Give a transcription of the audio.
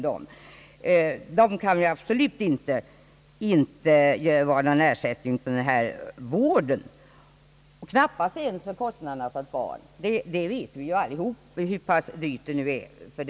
Det kan absolut inte vara någon ersättning för vården och inte ens täcka kostnaderna för ett barn; vi vet ju alla hur dyrt allting är nu.